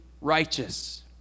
righteous